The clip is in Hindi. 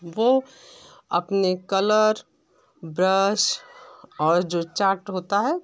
वह अपने कलर ब्रश और जो चार्ट होता है